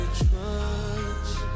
trust